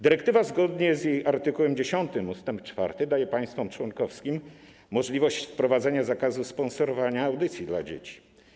Dyrektywa, zgodnie z jej art. 10 ust. 4, daje państwom członkowskim możliwość wprowadzenia zakazu sponsorowania audycji dla dzieci.